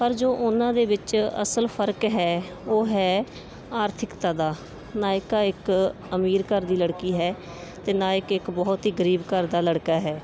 ਪਰ ਜੋ ਉਹਨਾਂ ਦੇ ਵਿੱਚ ਅਸਲ ਫ਼ਰਕ ਹੈ ਉਹ ਹੈ ਆਰਥਿਕਤਾ ਦਾ ਨਾਇਕਾ ਇਕ ਅਮੀਰ ਘਰ ਦੀ ਲੜਕੀ ਹੈ ਅਤੇ ਨਾਇਕ ਇੱਕ ਬਹੁਤ ਹੀ ਗਰੀਬ ਘਰ ਦਾ ਲੜਕਾ ਹੈ